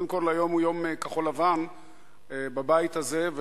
קודם כול היום הוא יום כחול-לבן בבית הזה,